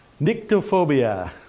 Nyctophobia